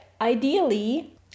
ideally